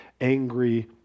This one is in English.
angry